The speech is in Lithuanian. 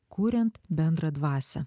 kuriant bendrą dvasią